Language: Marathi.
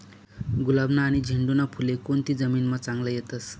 गुलाबना आनी झेंडूना फुले कोनती जमीनमा चांगला येतस?